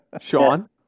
Sean